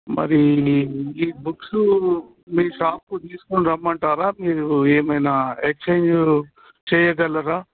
మరి ఈ బుక్స్ మీ షాప్కి తీసుకుని రమ్మంటారా మీరు ఏమైనా ఎక్స్చేంజ్ చేయగలరా